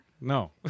No